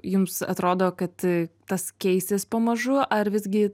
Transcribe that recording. jums atrodo kad tas keisis pamažu ar visgi